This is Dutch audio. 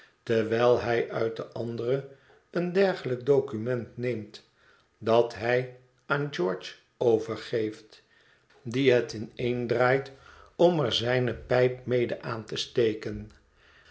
terwijl hij uit de andere een dergelijk document neemt dat hij aan george overgeeft die het ineendraait om er zijne pijp mede aan te steken